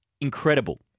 incredible